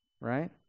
right